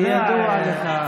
כידוע לך,